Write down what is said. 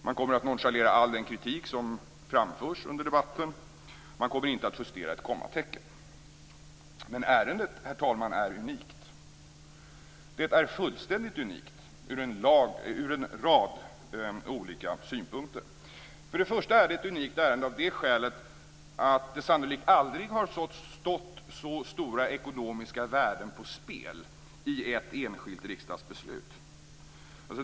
Man kommer att nonchalera all den kritik som framförs under debatten. Man kommer inte att justera ett kommatecken. Men ärendet är unikt, herr talman. Det är fullständigt unikt från en rad olika synpunkter. Först och främst är det ett unikt ärende av det skälet att det sannolikt aldrig har stått så stora ekonomiska värden på spel i ett enskilt riksdagsbeslut.